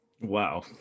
Wow